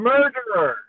Murderer